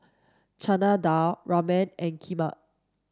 Chana Dal Ramen and Kheema